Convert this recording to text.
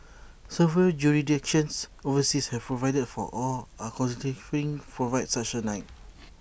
several jurisdictions overseas have provided for or are considering providing such A right